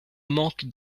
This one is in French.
manque